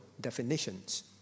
definitions